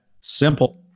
simple